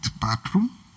bathroom